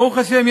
ברוך השם,